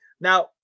Now